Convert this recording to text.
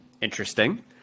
Interesting